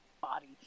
body